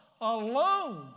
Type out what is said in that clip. alone